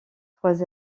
trois